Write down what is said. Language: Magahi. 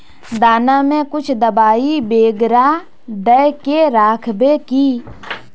दाना में कुछ दबाई बेगरा दय के राखबे की?